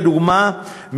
לדוגמה,